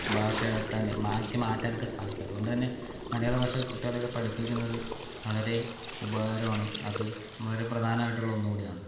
ഭാഷയാക്കാൻ ആക്കി മാറ്റുവാനൊക്കെ സാധിക്കും അതുകൊണ്ട് തന്നെ മലയാളഭാഷ കുട്ടികളെയൊക്കെ പഠിപ്പിക്കുന്നത് വളരെ ഉപകാരമാണ് അതും വളരെ പ്രധാനമായിട്ടുള്ള ഒന്നു കൂടിയാണ്